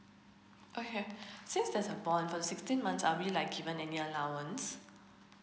okay since there's a bond for the sixteen months are we like given any allowance